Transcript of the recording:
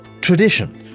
tradition